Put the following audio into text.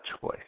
choice